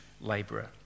labourer